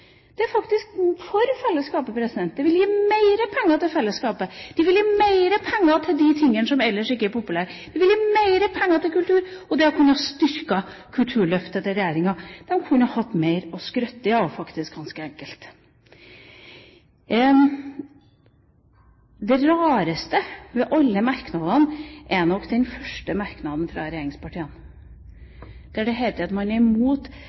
Det er faktisk for fellesskapet. Det vil gi mer penger til fellesskapet. Det vil gi mer penger til de tingene som ellers ikke er populære. Det gir mer penger til kultur, og det ville ha styrket Kulturløftet til regjeringa. De kunne hatt mer å skryte av ganske enkelt. Den rareste av alle merknadene i innstillinga er nok den første merknaden fra regjeringspartiene, der det heter at man er imot